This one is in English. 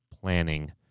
planning